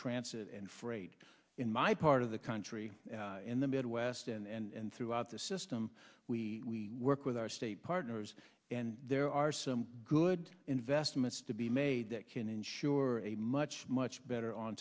trance and freight in my part of the country in the midwest and throughout the system we work with our state partners and there are some good investments to be made that can ensure a much much better on